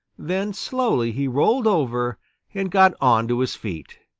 then slowly he rolled over and got on to his feet.